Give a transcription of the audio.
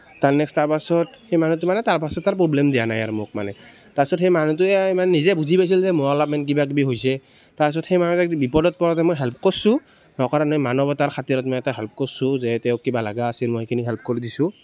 তাৰ নেক্সট তাৰপাছত সেই মানুহটো মানে তাৰপাছত আৰু প্ৰব্লেম দিয়া নাই মোক মানে তাৰপাছত সেই মানুহটোৱে ইমান নিজে বুজি পাইছিল মোৰ অলপমান কিবা কিবি হৈছে তাৰপাছত সেই মানুহটোৱে বিপদত পৰাতে মই হেল্প কৰিছোঁ নকৰা নহয় মানৱতা খাতিৰত মানে তাৰ হেল্প কৰিছোঁ যে তেওঁক কিবা লাগা আছিল মই সেইখিনি হেল্প কৰি দিছোঁ